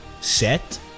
set